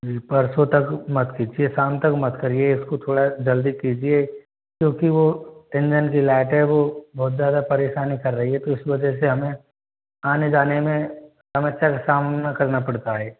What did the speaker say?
जी परसों तक मत कीजिए शाम तक मत करिए इसको थोड़ा जल्दी कीजिए क्योंकि वो इंजन की लाइट है वो बहुत ज़्यादा परेशानी कर रही है तो इस वजह से हमें आने जाने में समस्या का सामना करना पड़ता है